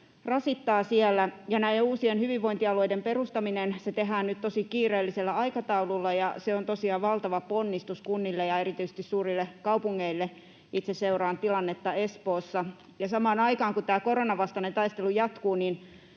rasittaa siellä. Näiden uusien hyvinvointialueiden perustaminen tehdään nyt tosi kiireellisellä aikataululla, ja se on tosiaan valtava ponnistus kunnille ja erityisesti suurille kaupungeille. Itse seuraan tilannetta Espoossa. Samaan aikaan, kun tämä koronanvastainen taistelu jatkuu